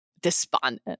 despondent